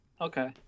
Okay